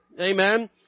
amen